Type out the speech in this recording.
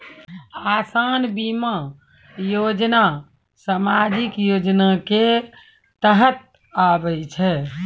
असान बीमा योजना समाजिक योजना के तहत आवै छै